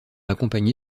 accompagné